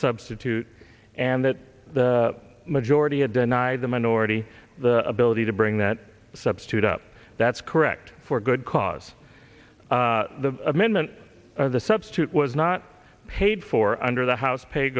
substitute and that the majority had denied the minority the ability to bring that substitute up that's correct for good cause the amendment of the substitute was not paid for under the house pay